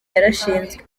yarashinzwe